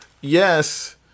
yes